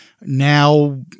now